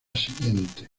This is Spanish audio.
siguiente